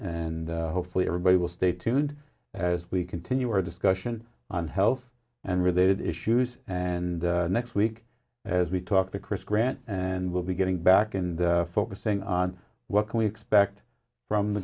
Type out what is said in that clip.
and hopefully everybody will stay tuned as we continue our discussion on health and related issues and next week as we talk to chris grant and we'll be getting back and focusing on what can we expect from the